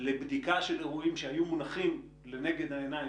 לבדיקה של אירועים שהיו מונחים לנגד העיניים,